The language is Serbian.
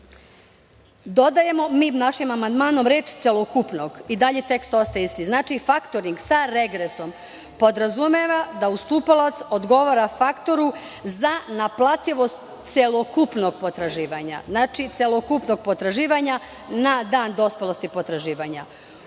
dodajemo našim amandmanom reč: "celokupnog" i dalje tekst ostaje isti. Faktoring sa regresom podrazumeva da ustupalac odgovara faktoru za naplativost celokupnog potraživanja na dan dospelosti potraživanja.